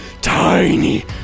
tiny